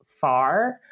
far